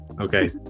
Okay